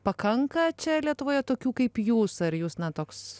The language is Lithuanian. pakanka čia lietuvoje tokių kaip jūs ar jūs na toks